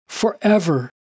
forever